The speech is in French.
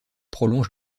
prolonge